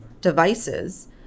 devices